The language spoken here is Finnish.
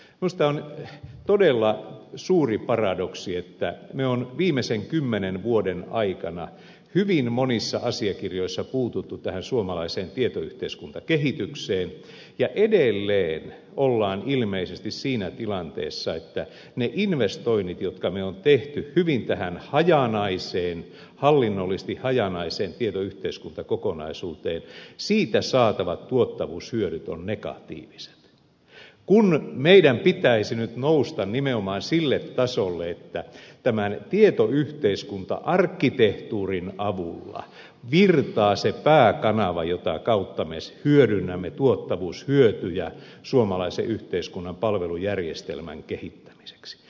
minusta on todella suuri paradoksi että me olemme viimeisten kymmenen vuoden aikana hyvin monissa asiakirjoissa puuttuneet tähän suomalaiseen tietoyhteiskuntakehitykseen ja edelleen olemme ilmeisesti siinä tilanteessa että niistä investoinneista jotka me olemme tehneet tähän hallinnollisesti hyvin hajanaiseen tietoyhteiskuntakokonaisuuteen saatavat tuottavuushyödyt ovat negatiiviset kun meidän pitäisi nyt nousta nimenomaan sille tasolle että tämän tietoyhteiskunta arkkitehtuurin avulla virtaa se pääkanava jota kautta me hyödynnämme tuottavuushyötyjä suomalaisen yhteiskunnan palvelujärjestelmän kehittämiseksi